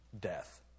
death